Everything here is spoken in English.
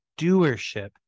doership